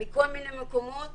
מכול מיני מקומות